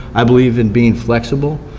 i believe in being flexible.